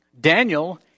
Daniel